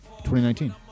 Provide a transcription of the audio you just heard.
2019